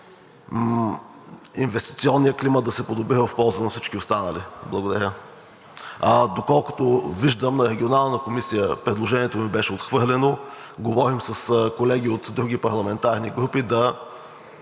инвестиционният климат да се подобри в полза на всички останали. Благодаря. Доколкото виждам, на Регионалната комисия предложението ми беше отхвърлено, говорим с колеги от други парламентарни групи,